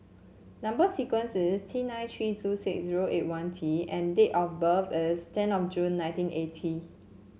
number sequence is T nine tree two six zero eight one T and date of birth is ten of June nineteen eighty